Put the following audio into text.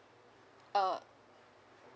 uh